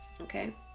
Okay